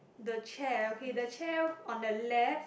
the chair okay the chair on the left